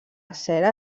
cera